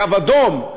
קו אדום,